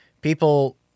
people